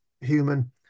human